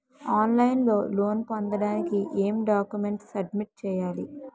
On line loan లోన్ పొందటానికి ఎం డాక్యుమెంట్స్ సబ్మిట్ చేయాలి?